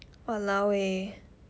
!walao! eh